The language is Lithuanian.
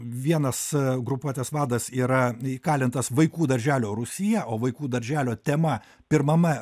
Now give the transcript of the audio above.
vienas grupuotės vadas yra įkalintas vaikų darželio rūsyje o vaikų darželio tema pirmame